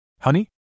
Honey